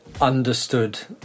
understood